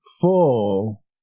full